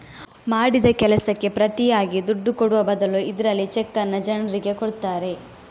ಮಾಡಿದ ಕೆಲಸಕ್ಕೆ ಪ್ರತಿಯಾಗಿ ದುಡ್ಡು ಕೊಡುವ ಬದಲು ಇದ್ರಲ್ಲಿ ಚೆಕ್ಕನ್ನ ಜನ್ರಿಗೆ ಕೊಡ್ತಾರೆ